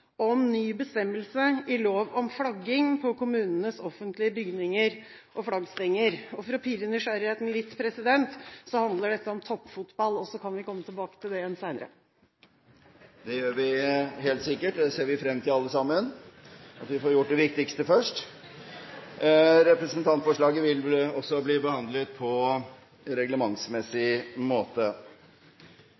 om ny bestemmelse i lov om flagging på kommunenes offentlige bygninger, om flaggstenger. For å pirre nysgjerrigheten litt: Dette handler om toppfotball, og så kan vi komme tilbake til det igjen senere. Det gjør vi helt sikkert, og vi ser alle sammen frem til at vi får gjort det viktigste først. Forslaget vil bli behandlet på reglementsmessig